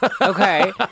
okay